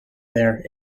there